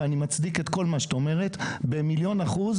ואני מצדיק את כל מה שאת אומרת במיליון אחוז.